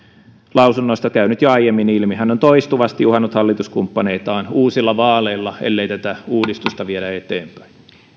lausunnoista käynyt jo aiemmin ilmi hän on toistuvasti uhannut hallituskumppaneitaan uusilla vaaleilla ellei tätä uudistusta viedä eteenpäin